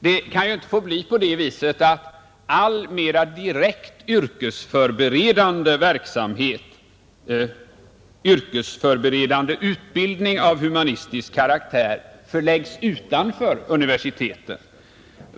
Det kan ju inte få bli på det viset att all mera direkt yrkesförberedande utbildning av humanistisk karaktär förläggs utanför universiteten.